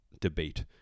debate